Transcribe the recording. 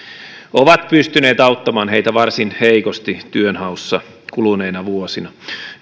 ovat pystyneet auttamaan työttömiä varsin heikosti työnhaussa kuluneina vuosina